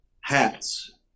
hats